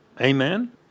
Amen